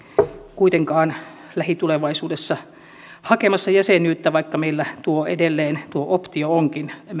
kuitenkaan lähitulevaisuudessa hakemassa jäsenyyttä vaikka meillä edelleen tuo optio onkin en